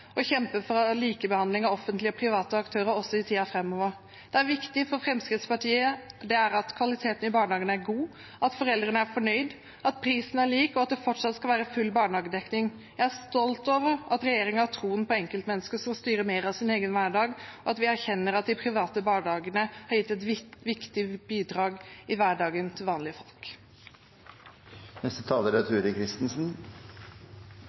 å kjempe for likebehandling av offentlige og private aktører også i tiden framover. Det viktige for Fremskrittspartiet er at kvaliteten i barnehagene er god, at foreldrene er fornøyde, at prisen er lik, og at det fortsatt skal være full barnehagedekning. Jeg er stolt av at regjeringen har troen på at enkeltmennesket skal styre mer av sin egen hverdag, og at vi erkjenner at de private barnehagene har gitt et viktig bidrag i vanlige